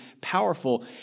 powerful